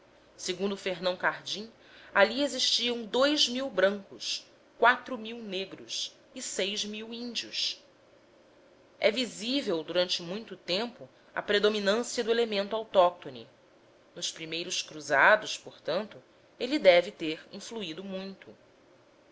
perfeita segundo fernão cardim ali existiam brancos negros e índios é visível durante muito tempo a predominância do elemento autóctone nos primeiros cruzados portanto ele deve ter influído muito